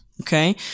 okay